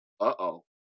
Uh-oh